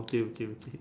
okay okay okay